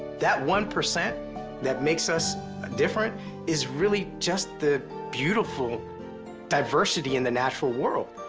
that one percent that makes us different is really just the beautiful diversity in the natural world.